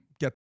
Get